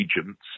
agents